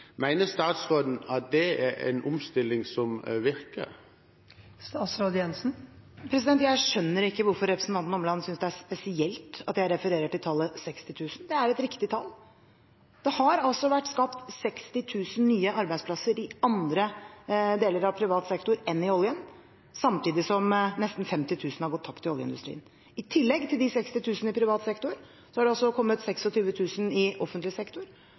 statsråden at det er en omstilling som virker? Jeg skjønner ikke hvorfor representanten Omland synes det er «spesielt» at jeg refererer til tallet 60 000. Det er et riktig tall. Det har altså blitt skapt 60 000 nye arbeidsplasser i andre deler av privat sektor enn i oljen, samtidig som nesten 50 000 har gått tapt i oljeindustrien. I tillegg til de 60 000 i privat sektor har det også kommet 26 000 i offentlig sektor.